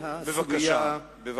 בבקשה.